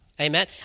Amen